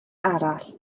arall